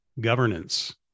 governance